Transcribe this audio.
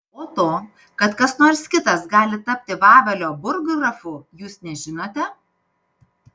o to kad kas nors kitas gali tapti vavelio burggrafu jūs nežinote